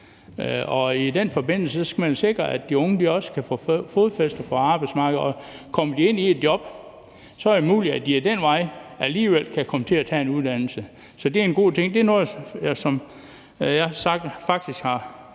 I den forbindelse skal man jo sikre, at de unge også kan få fodfæste på arbejdsmarkedet, og kommer de ind i et job, er det muligt, at de ad den vej alligevel kan komme til at tage en uddannelse. Så det er en god ting. Det er noget, jeg faktisk har